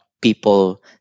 people